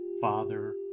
father